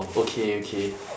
okay okay